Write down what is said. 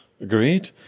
Agreed